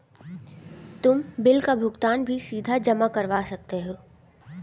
तुम बिल का भुगतान भी सीधा जमा करवा सकते हो